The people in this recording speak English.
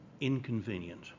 inconvenient